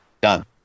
Done